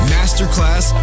Masterclass